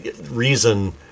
reason